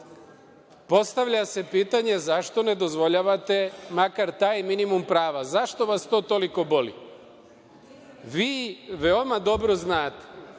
postavlja se pitanje zašto ne dozvoljavate makar taj minimum prava? Zašto vas to toliko boli? Vi, veoma dobro znate